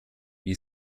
wie